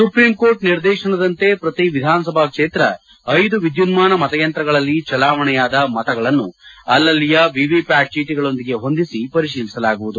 supreme court ನಿರ್ದೇಶನದಂತೆ ಪ್ರತಿ ವಿಧಾನಸಭಾ ಕ್ಷೇತ್ರ ಐದು ವಿದ್ಯುನ್ಮಾನ ಮತಯಂತ್ರಗಳಲ್ಲಿ ಚಲಾವಣೆಯಾದ ಮತಗಳನ್ನು ಅಲ್ಲಲ್ಲಿಯ ವಿವಿಪ್ಯಾಟ್ ಚೀಟಿಗಳೊಂದಿಗೆ ಹೊಂದಿಸಿ ಪರಿಶೀಲಿಸಲಾಗುವುದು